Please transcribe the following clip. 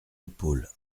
épaules